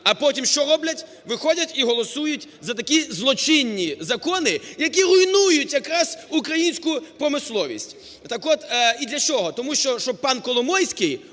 А потім що роблять? Виходять і голосують за такі злочинні закони, які руйнують якраз українську промисловість. Так от… І для чого? Тому що, щоб пан Коломойський